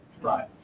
Right